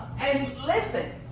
and listen.